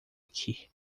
aqui